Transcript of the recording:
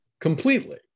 completely